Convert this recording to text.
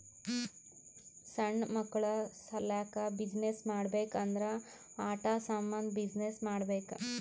ಸಣ್ಣು ಮಕ್ಕುಳ ಸಲ್ಯಾಕ್ ಬಿಸಿನ್ನೆಸ್ ಮಾಡ್ಬೇಕ್ ಅಂದುರ್ ಆಟಾ ಸಾಮಂದ್ ಬಿಸಿನ್ನೆಸ್ ಮಾಡ್ಬೇಕ್